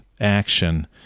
action